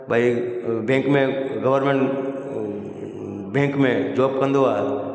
भई बैंक में government bank में जॉब कंदो आहे